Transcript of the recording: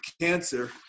cancer